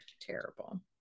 terrible